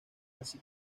así